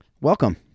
welcome